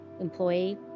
employee